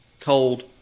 cold